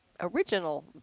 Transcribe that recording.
original